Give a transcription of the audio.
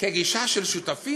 צריכה להיות גישה של שותפים,